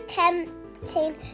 tempting